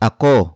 Ako